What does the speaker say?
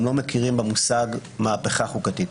גם אני לא מכיר במושג מהפכה חוקתית.